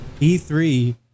E3